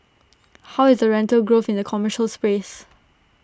how is the rental growth in the commercial space